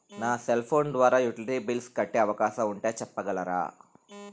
నా cell phone ద్వారా utility bills కట్టే అవకాశం ఉంటే చెప్పగలరా?